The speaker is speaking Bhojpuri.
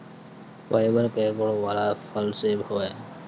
फाइबर कअ गुण वाला फल सेव हवे